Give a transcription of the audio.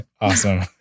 awesome